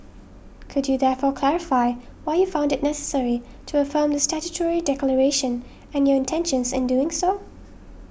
could you therefore clarify why you found it necessary to affirm the statutory declaration and your intentions in doing so